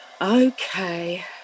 Okay